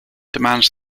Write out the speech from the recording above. demands